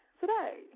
Today